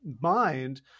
mind